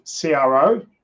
CRO